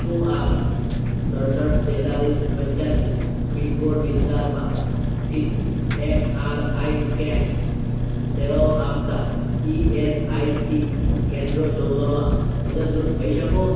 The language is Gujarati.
શું આપ સડસઠ તેંતાલીસ પંચ્યાસી પિન કોડ વિસ્તારમાં સ્થિત એમઆરઆઈ સ્કેન સેવાઓ આપતાં ઇએસઆઇસી કેન્દ્રો શોધવામાં મદદરૂપ થઇ શકો